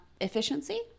efficiency